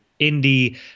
indie